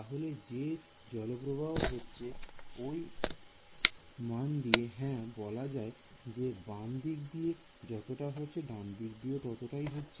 তাহলে যে জলপ্রবাহ হচ্ছে ওই মন দিয়ে হ্যাঁ বলা যায় যে বাম দিক দিয়ে যতটা হচ্ছে ডান দিক দিয়েও সততাই হচ্ছে